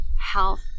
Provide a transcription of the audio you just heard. health